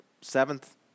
seventh